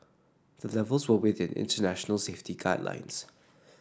the levels were within international safety guidelines